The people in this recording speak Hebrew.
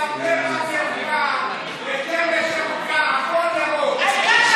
יוליה, בני ברק ירוקה, בית שמש ירוקה, הכול ירוק.